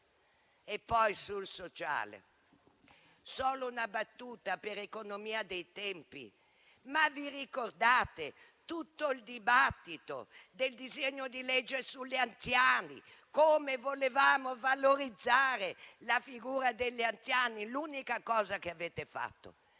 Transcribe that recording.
Poi sul sociale faccio solo una battuta per economia dei tempi: vi ricordate tutto il dibattito sul disegno di legge sugli anziani, su come volevamo valorizzare la figura degli anziani? L'unica cosa che avete fatto